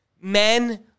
men